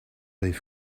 leaf